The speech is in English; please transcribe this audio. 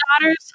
daughters